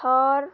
ধর